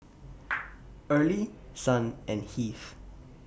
Early Son and Heath